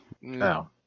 No